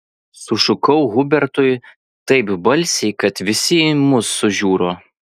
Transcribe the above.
sušukau hubertui taip balsiai kad visi į mus sužiuro